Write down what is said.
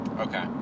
okay